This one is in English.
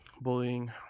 bullying